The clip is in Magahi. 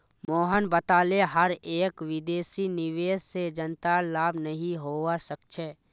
मोहन बताले कि हर एक विदेशी निवेश से जनतार लाभ नहीं होवा सक्छे